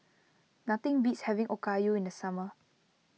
nothing beats having Okayu in the summer